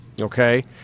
Okay